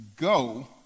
Go